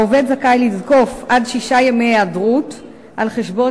העובד זכאי לזקוף עד שישה ימי היעדרות על חשבון